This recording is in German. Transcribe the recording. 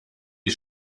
die